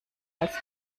als